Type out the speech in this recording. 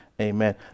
Amen